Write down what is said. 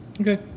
okay